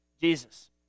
Jesus